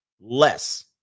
less